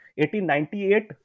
1898